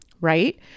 right